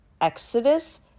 Exodus